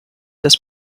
des